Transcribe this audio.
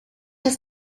does